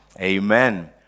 Amen